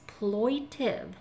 exploitive